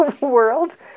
world